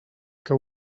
que